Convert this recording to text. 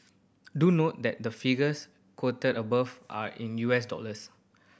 do note that the figures quoted above are in U S dollars